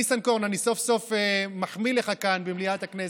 ניסנקורן, אני סוף-סוף מחמיא לך כאן במליאת הכנסת.